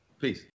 Peace